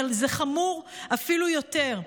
אבל זה חמור אפילו יותר.